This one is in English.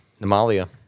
Namalia